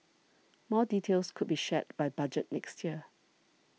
more details could be shared by Budget next year